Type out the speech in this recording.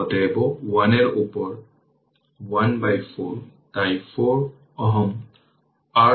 অতএব 1 এর উপর 1 বাই 4 তাই 4 Ω RThevenin 4Ω